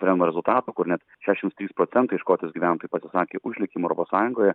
referendumo rezultatų kur net šešiasdešimt trys procentai škotijos gyventojų pasisakė už likimą europos sąjungoje